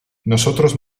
nosotros